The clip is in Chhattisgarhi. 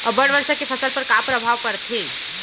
अब्बड़ वर्षा के फसल पर का प्रभाव परथे?